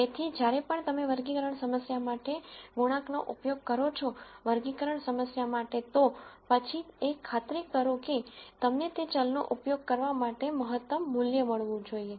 તેથી જ્યારે પણ તમે વર્ગીકરણ સમસ્યા માટે ગુણાંક નો ઉપયોગ કરો છો વર્ગીકરણ સમસ્યા માટે તો પછી એ ખાતરી કરો કે તમને તે ચલનો ઉપયોગ કરવા માટે મહત્તમ મૂલ્ય મળવું જોઈએ